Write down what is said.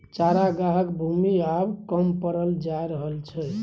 चरागाहक भूमि आब कम पड़ल जा रहल छै